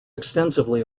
extensively